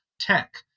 tech